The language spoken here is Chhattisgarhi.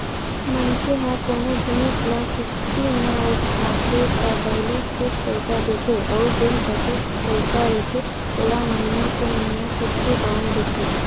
मनखे ह कोनो जिनिस ल किस्ती म उठाथे त पहिली कुछ पइसा देथे अउ जेन बचत पइसा रहिथे ओला महिना के महिना किस्ती बांध देथे